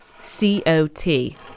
C-O-T